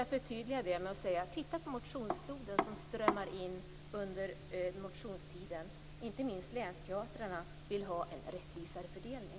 Jag vill förtydliga det med en hänvisning till den motionsflod som strömmar in under allmänna motionstiden. Inte minst vill länsteatrarna ha en rättvisare fördelning.